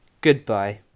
goodbye